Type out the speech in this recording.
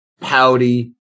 Pouty